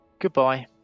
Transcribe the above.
Goodbye